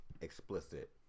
explicit